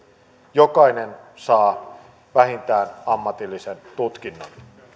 jokainen saa vähintään ammatillisen tutkinnon